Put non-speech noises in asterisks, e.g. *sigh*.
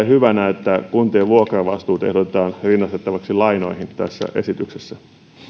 *unintelligible* hyvänä että kuntien vuokravastuut ehdotetaan rinnastettavaksi lainoihin tässä esityksessä